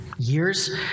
years